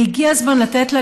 והגיע הזמן לתת לה,